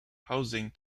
housing